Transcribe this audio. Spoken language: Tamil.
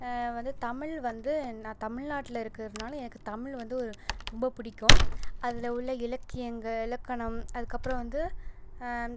வந்து தமிழ் வந்து நான் தமிழ்நாட்டில் இருக்கிறதுனால எனக்கு தமிழ் வந்து ரொம்ப பிடிக்கும் அதில் உள்ள இலக்கியங்கள் இலக்கணம் அதுக்கு அப்புறம் வந்து